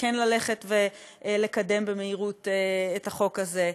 וכן ללכת ולקדם במהירות את החוק הזה.